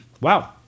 Wow